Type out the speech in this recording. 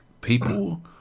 People